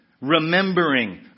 remembering